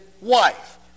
wife